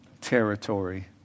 Territory